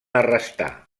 arrestar